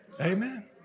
Amen